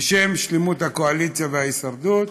בשם שלמות הקואליציה וההישרדות,